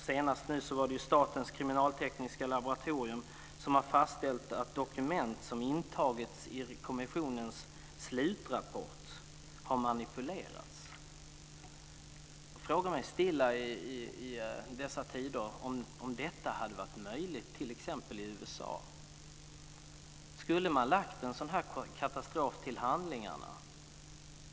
Senast var det Statens kriminaltekniska laboratorium som fastställde att dokument som intagits i kommissionens slutrapport har manipulerats. Jag frågar mig stilla i dessa tider om detta hade varit möjligt t.ex. i USA. Skulle man ha lagt en sådan här katastrof till handlingarna?